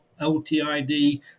LTID